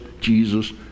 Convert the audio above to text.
Jesus